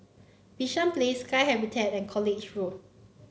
Bishan Place Sky Habitat and College Road